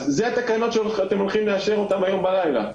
אלה התקנות שאתם הולכים לאשר הלילה.